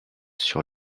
sur